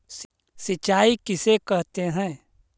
सिंचाई किसे कहते हैं?